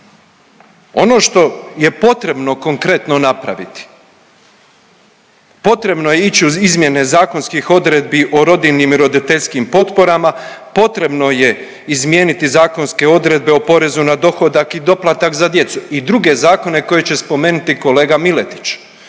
Ono što je potrebno konkretno napraviti, potrebno je ići u izmjene zakonskih odredbi o rodiljnim i roditeljskim potporama, potrebno je izmijeniti zakonske odredbe o porezu na dohodak i doplatak za djecu i druge zakone koje će spomenuti kolega Miletić.